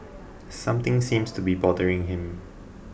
something seems to be bothering him